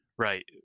right